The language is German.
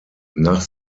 nach